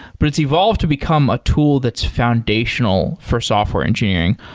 but it's evolved to become a tool that's foundational for software engineering.